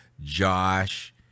Josh